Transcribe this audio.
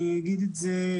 אני אגיד את זה,